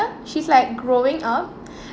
she's like growing up